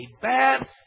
bad